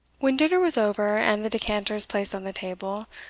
when dinner was over, and the decanters placed on the table,